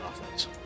offense